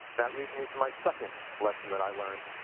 that leads me to my second lesson that i learned,